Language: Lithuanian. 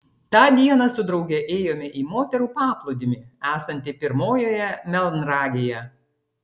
tą dieną su drauge ėjome į moterų paplūdimį esantį pirmojoje melnragėje